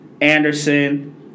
Anderson